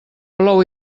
plou